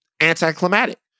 anticlimactic